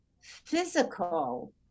physical